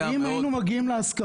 מילה, מילה.